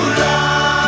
love